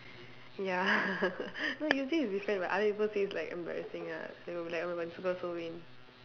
ya no you say it's different but other people say it's like embarrassing ah they would be like oh my god this girl so vain